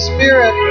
Spirit